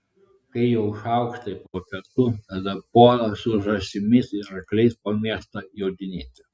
kai jau šaukštai po pietų tada puola su žąsimis ir arkliais po miestą jodinėti